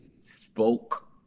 spoke